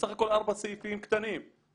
בסך הכול ארבעה סעיפים קטנים,